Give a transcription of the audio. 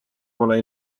poolel